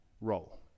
role